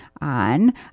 on